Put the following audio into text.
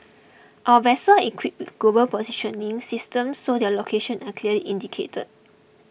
our vessel equipped with global positioning systems so their locations are clearly indicated